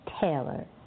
Taylor